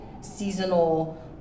seasonal